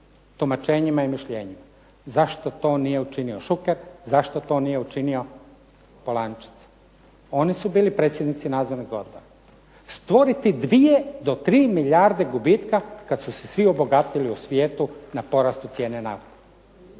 tumačenjima i mišljenjima. Zašto to nije učinio Šuker? Zašto to nije učinio Polančec? Oni su bili predsjednici nadzornog odbora. Stvoriti 2, do 3 milijarde gubitka kad su se svi obogatili u svijetu na porastu cijene nafte,